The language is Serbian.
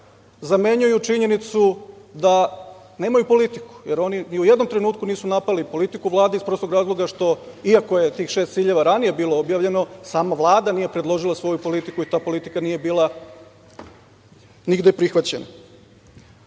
zamenjuju činjenicu da nemaju politiku, jer oni ni u jednom trenutku nisu napali Vlade, iz prostog razloga što, iako je tih šest ciljeva ranije bilo objavljeno, sama Vlada nije predložila svoju politiku i ta politika nije bila nigde prihvaćena. Druga